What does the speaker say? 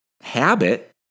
habit